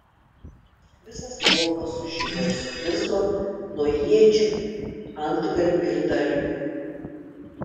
visas laukas sužibo ir sublizgo nuo iečių antgalių ir dalgių